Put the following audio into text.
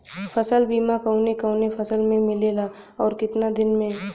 फ़सल बीमा कवने कवने फसल में मिलेला अउर कितना दिन में?